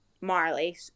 Marley